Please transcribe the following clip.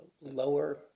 lower